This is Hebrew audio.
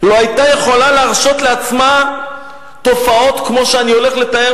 לא היתה יכולה להרשות לעצמה תופעות כמו שאני הולך לתאר.